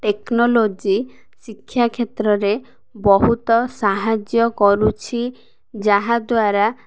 technology ଶିକ୍ଷା କ୍ଷେତ୍ରରେ ବହୁତ ସାହାଯ୍ୟ କରୁଛି ଯାହାଦ୍ୱାରା